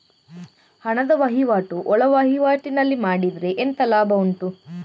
ಹಣದ ವಹಿವಾಟು ಒಳವಹಿವಾಟಿನಲ್ಲಿ ಮಾಡಿದ್ರೆ ಎಂತ ಲಾಭ ಉಂಟು?